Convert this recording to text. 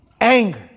anger